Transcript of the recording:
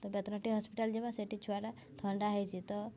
ତ ବେତନଟୀ ହସ୍ପିଟାଲ୍ ଯିବା ତ ସେଠି ଛୁଆଟା ଥଣ୍ଡା ହୋଇଛି ତ